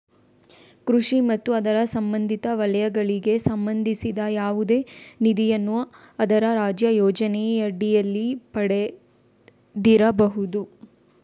ಕೃಷಿ ಮತ್ತು ಅದರ ಸಂಬಂಧಿತ ವಲಯಗಳಿಗೆ ಸಂಬಂಧಿಸಿದ ಯಾವುದೇ ನಿಧಿಯನ್ನು ಅದರ ರಾಜ್ಯ ಯೋಜನೆಯಡಿಯಲ್ಲಿ ಪಡೆದಿರಬಹುದು